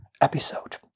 episode